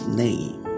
name